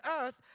earth